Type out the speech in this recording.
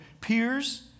peers